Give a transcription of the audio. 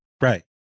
right